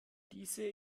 diese